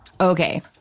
Okay